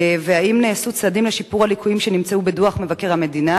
והאם נעשו צעדים לשיפור הליקויים שנמצאו בדוח מבקר המדינה,